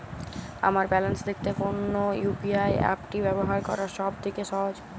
আমার ব্যালান্স দেখতে কোন ইউ.পি.আই অ্যাপটি ব্যবহার করা সব থেকে সহজ?